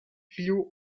flew